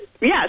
Yes